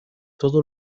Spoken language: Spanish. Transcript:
todo